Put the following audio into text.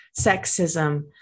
sexism